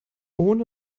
ohne